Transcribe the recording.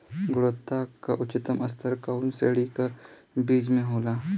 गुणवत्ता क उच्चतम स्तर कउना श्रेणी क बीज मे होला?